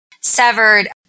severed